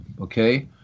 okay